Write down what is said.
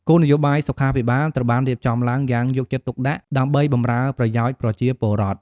គោលនយោបាយសុខាភិបាលត្រូវបានរៀបចំឡើងយ៉ាងយកចិត្តទុកដាក់ដើម្បីបម្រើប្រយោជន៍ប្រជាពលរដ្ឋ។